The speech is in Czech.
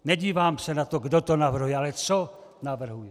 Nedívám se na to, kdo to navrhuje, ale co navrhuje.